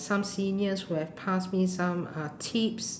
some seniors who have passed me some uh tips